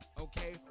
okay